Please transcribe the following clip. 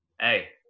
Hey